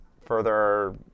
further